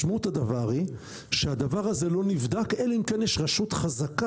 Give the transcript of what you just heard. משמעות הדבר היא שהדבר הזה לא נבדק אלא אם כן יש רשות חזקה,